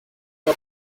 saa